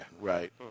Right